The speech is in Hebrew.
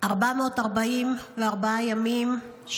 444 ימים,